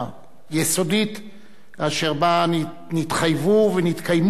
לקריאה שנייה ושלישית את שני החוקים אשר עברו היום ונושאם תקשורת,